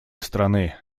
страны